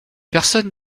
personne